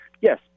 Yes